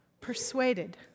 persuaded